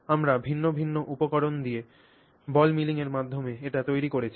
আমরা ভিন্ন ভিন্ন উপকরণ দিয়ে বল মিলিংয়ের মাধ্যমে এটি তৈরি করেছি